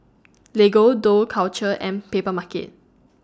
Lego Dough Culture and Papermarket